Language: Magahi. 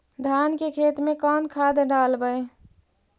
धान के खेत में कौन खाद डालबै?